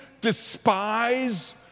despise